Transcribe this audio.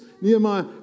Nehemiah